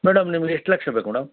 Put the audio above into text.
madam ನಿಮ್ಗೆ ಎಷ್ಟು ಲಕ್ಷ ಬೇಕು ಮೇಡಮ್